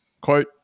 Quote